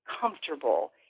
comfortable